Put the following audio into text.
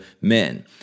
men